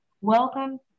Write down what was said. welcome